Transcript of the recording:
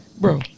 Bro